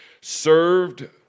served